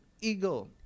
eagle